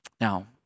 Now